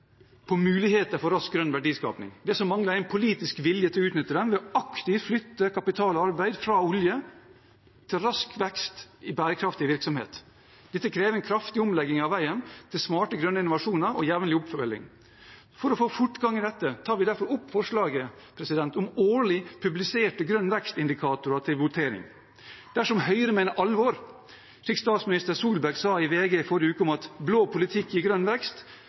på muligheter for rask grønn verdiskaping. Det som mangler, er en politisk vilje til å utnytte den ved aktivt å flytte kapital og arbeid fra olje til rask vekst i bærekraftig virksomhet. Dette krever en kraftig omlegging av veien til smarte grønne innovasjoner og jevnlig oppfølging. For å få fortgang i dette tar jeg derfor opp forslagene fra Miljøpartiet De Grønne – bl.a. om årlig publiserte grønne vekstindikatorer. Dersom Høyre mener alvor, slik statsminister Solberg sa i VG i forrige uke, om at blå politikk er grønn vekst,